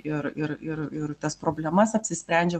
ir ir ir ir tas problemas apsisprendžia